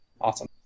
Awesome